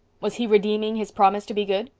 was he redeeming his promise to be good?